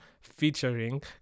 featuring